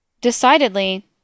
Decidedly